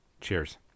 Cheers